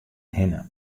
hinne